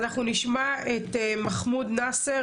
אנחנו נשמע את מחמוד נאסר,